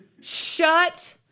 Shut